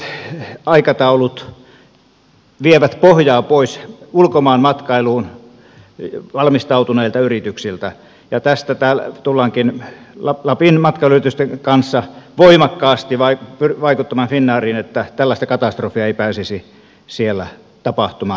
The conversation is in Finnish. esimerkiksi finnairin uudet aikataulut vievät pohjaa pois ulkomaanmatkailuun valmistautuneilta yrityksiltä ja tässä tullaankin lapin matkailuyritysten kanssa voimakkaasti vaikuttamaan finnairiin että tällaista katastrofia ei pääsisi siellä tapahtumaan